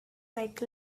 like